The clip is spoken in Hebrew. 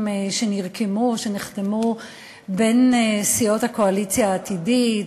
שנרקמו ושנחתמו בין סיעות הקואליציה העתידית,